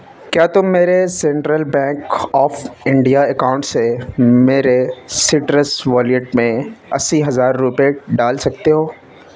کیا تم میرے Central Bank of India account سے میرے سٹرس والیٹ میں اسی ہزار روپئے ڈال سکتے ہو